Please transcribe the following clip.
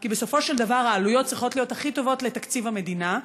כי בסופו של דבר העלויות צריכות להיות הכי טובות לתקציב המדינה,